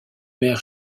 mère